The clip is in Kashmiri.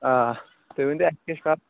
آ تُہۍ ؤنۍتو اَسہِ کیٛاہ چھُ